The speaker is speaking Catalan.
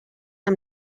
amb